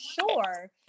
Sure